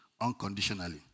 unconditionally